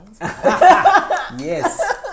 yes